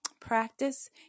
practice